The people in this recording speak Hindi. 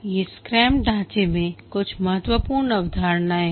ये स्क्रैम ढांचे में कुछ महत्वपूर्ण अवधारणाएं हैं